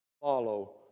follow